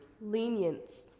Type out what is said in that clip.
Lenience